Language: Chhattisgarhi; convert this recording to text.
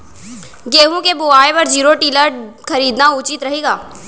गेहूँ के बुवाई बर जीरो टिलर खरीदना उचित रही का?